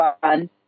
fun